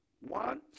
One